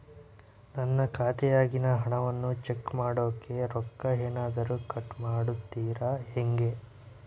ನನ್ನ ಖಾತೆಯಾಗಿನ ಹಣವನ್ನು ಚೆಕ್ ಮಾಡೋಕೆ ರೊಕ್ಕ ಏನಾದರೂ ಕಟ್ ಮಾಡುತ್ತೇರಾ ಹೆಂಗೆ?